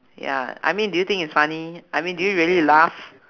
ya I mean do you think it's funny I mean do you really laugh